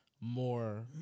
more